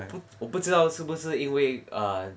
我不我不知道是不是因为 err